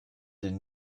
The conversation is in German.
den